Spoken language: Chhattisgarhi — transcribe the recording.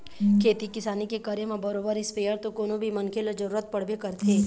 खेती किसानी के करे म बरोबर इस्पेयर तो कोनो भी मनखे ल जरुरत पड़बे करथे